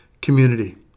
community